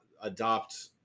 adopt